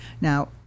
Now